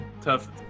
tough